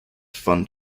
fun